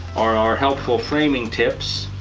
our our helpful framing tips